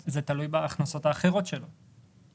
41,373. זה לכאלו שהגיעו לגיל פרישה רק.